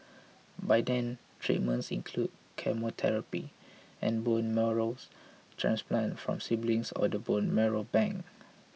by then treatments include chemotherapy and bone marrow transplants from siblings or the bone marrow bank